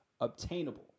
obtainable